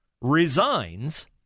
resigns